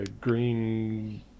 green